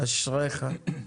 אשריך.